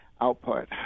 output